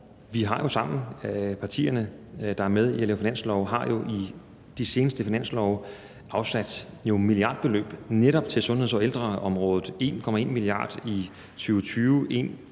vi har jo sammen i partierne, der er med til at lave finanslove, i forbindelse med de seneste finanslove netop afsat milliardbeløb til sundheds- og ældreområdet – 1,1 mia. kr. i 2020